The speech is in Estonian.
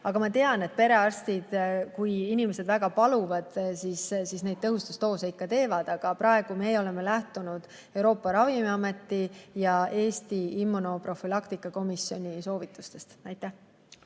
Aga ma tean, et kui inimesed väga paluvad, siis perearstid tõhustusdoose teevad, aga praegu me oleme lähtunud Euroopa Ravimiameti ja Eesti immunoprofülaktika ekspertkomisjoni soovitustest. Aitäh!